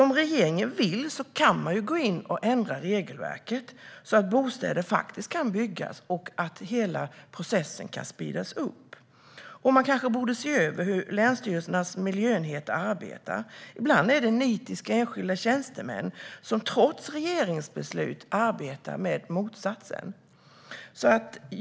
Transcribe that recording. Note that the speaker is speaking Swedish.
Om regeringen vill kan den gå in och ändra regelverket så att bostäder kan byggas och så att hela processen kan speedas upp. Man borde kanske se över hur länsstyrelsernas miljöenheter arbetar. Ibland är det nitiska enskilda tjänstemän som trots regeringsbeslut arbetar i motsatt riktning.